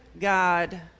God